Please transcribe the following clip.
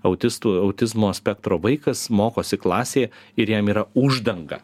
autistų autizmo spektro vaikas mokosi klasėje ir jam yra uždanga